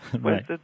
Right